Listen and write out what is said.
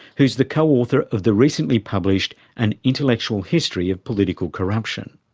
who's the co-author of the recently published an intellectual history of political corruption.